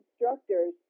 instructors